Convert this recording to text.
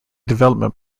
development